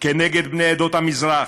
כנגד בני עדות המזרח,